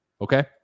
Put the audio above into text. okay